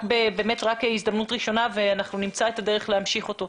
זאת רק הזדמנות ראשונה ואנחנו נמצא את הדרך להמשיך אותו.